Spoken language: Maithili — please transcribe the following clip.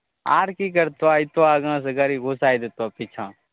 आओर कि करतऽ अएतऽ आगाँसे गारी घुसै देतऽ पिछाँ